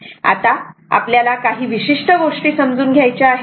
आता आपल्याला काही विशिष्ट गोष्टी समजून घ्यायच्या आहेत